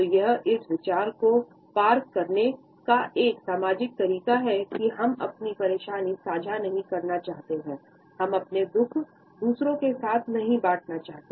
तो यह इस विचार को पार करने का एक सामाजिक तरीका है की हम अपनी परेशानी साझा नहीं करना चाहते हैं हम अपने दुःख दूसरों के साथ नहीं बाटना चाहते